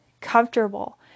comfortable